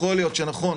נכון,